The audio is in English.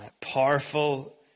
powerful